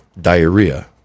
diarrhea